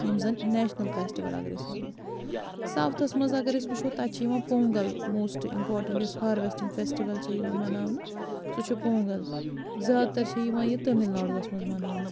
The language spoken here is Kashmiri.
یِم زَن نیشنَل فیٚسٹِوَل اگر أسۍ وَنو ساوُتھَس منٛز اگر أسۍ وُچھو تَتہِ چھِ یِوان پونٛگَل موسٹہٕ اِمپارٹیٚنٛٹہٕ یۄس ہارویٚسٹِنٛگ فیٚسٹِوَل چھِ یِوان مَناونہٕ و سُہ چھُ پونٛگَل زیادٕ تَر چھِ یِوان یہِ تامِل ناڈو وَس منٛز مَناونہٕ